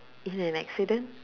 in an accident